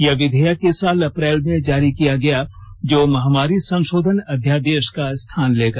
यह विधेयक इस साल अप्रैल में जारी किया गया जो महामारी संशोधन अध्यादेश का स्थान लेगा